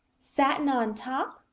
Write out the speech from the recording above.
satin on top,